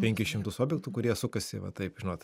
penkis šimtus objektų kurie sukasi va taip žinot